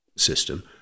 system